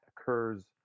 occurs